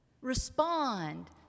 respond